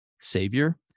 Savior